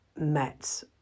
met